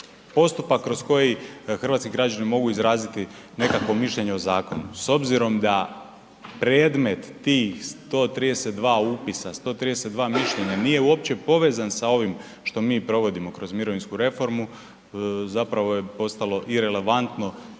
postupak kroz koji hrvatski građani mogu izraziti nekakvo mišljenje o zakonu. S obzirom da predmet tih 132 upisa, 132 mišljenja nije uopće povezan sa ovim što mi provodimo kroz mirovinsku reformu zapravo je postalo irelevantno